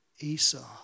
Esau